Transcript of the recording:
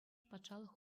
патшалӑх